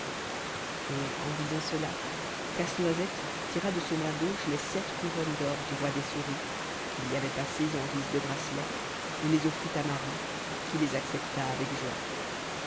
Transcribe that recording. et en disant cela casse-noisette tira de son bras gauche les sept couronnes d'or du roi des souris qu'il y avait passées en guise de bracelets et les offrit à marie qui les accepta avec joie